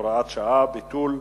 הוראת שעה) (ביטול),